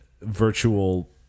virtual